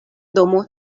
domo